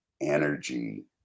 energy